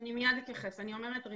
המורכבויות של